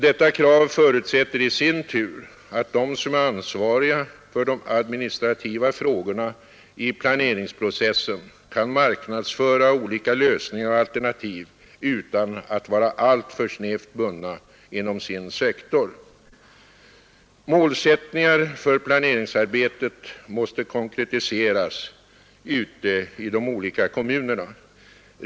Detta krav förutsätter i sin tur att de som är ansvariga för de administrativa frågorna i planeringsprocessen kan marknadsföra olika lösningar och alternativ utan att vara alltför snävt bundna inom sin sektor. Målsättningar för planeringsarbetet måste konkretiseras ute i de olika kommunerna.